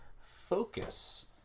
focus